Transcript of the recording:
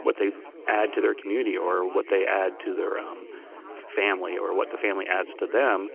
what they add to their community, or what they add to their um family, or what the family adds to them.